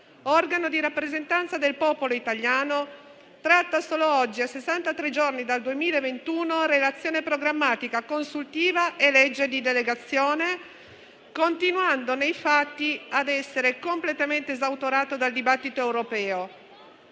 organo di rappresentanza del popolo italiano, tratta solo oggi, a sessantatré giorni dal 2021, le Relazioni programmatica e consuntiva e la legge di delegazione, continuando nei fatti ad essere completamente esautorato dal dibattito europeo.